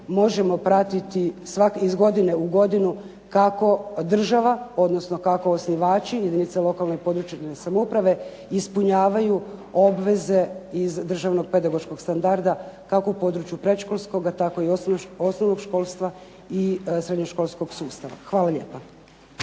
možemo pratiti iz godine u godinu kako država, odnosno kako osnivači, jedinice lokalne i područne samouprave ispunjavaju obveze iz državnog pedagoškog standarda kako u području predškolskoga, tako i osnovnog školstva i srednjoškolskog sustava. Hvala lijepa.